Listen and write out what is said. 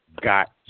got